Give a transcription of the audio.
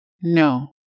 No